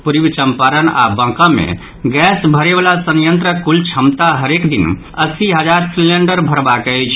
पूर्वी चम्पारण आओर बांका मे गैस भरयवला संयंत्रक कुल क्षमता हरेक दिन अस्सी हजार सिलेंडर भरबाक अछि